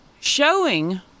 showing